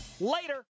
Later